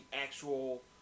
actual